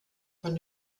von